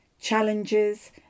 challenges